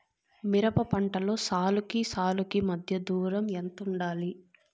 మిరప పంటలో సాలుకి సాలుకీ మధ్య దూరం ఎంత వుండాలి?